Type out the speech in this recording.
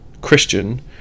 Christian